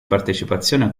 partecipazione